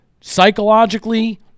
Psychologically